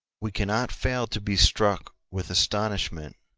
we cannot fail to be struck with astonishment.